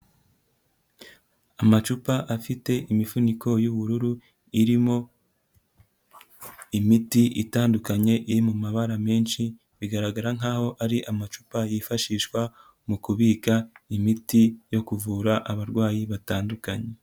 Amacupa afite imifuniko y'ubururu irimo imiti itandukanye, iri mu mabara menshi bigaragara nk'aho ari amacupa yifashishwa mu kubika imiti yo kuvura abarwayi batandukanye.